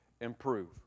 improve